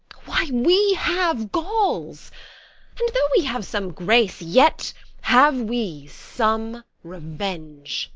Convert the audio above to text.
why, we have galls and though we have some grace, yet have we some revenge.